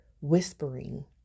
whispering